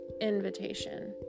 invitation